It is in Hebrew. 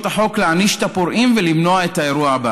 החוק להעניש את הפורעים ולמנוע את האירוע הבא.